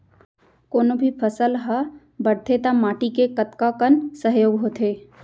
कोनो भी फसल हा बड़थे ता माटी के कतका कन सहयोग होथे?